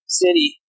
city